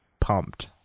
pumped